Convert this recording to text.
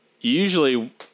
usually